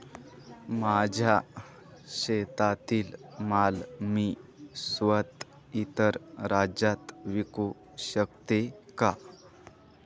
माझ्या शेतातील माल मी स्वत: इतर राज्यात विकू शकते का?